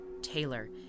Taylor